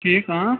ٹھیٖک